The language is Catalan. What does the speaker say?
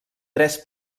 tres